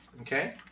Okay